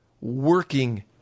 working